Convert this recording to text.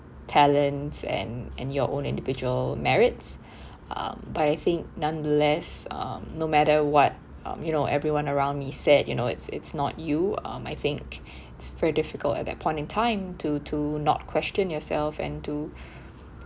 talents and and your own individual merits um but I think nonetheless um no matter what um you know everyone around me said you know it's it's not you um I think it's very difficult at that point in time to to not question yourself and to